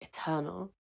eternal